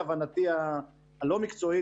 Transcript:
להבנתי הלא מקצועית,